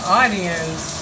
audience